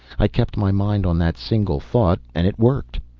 i kept my mind on that single thought and it worked.